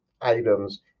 items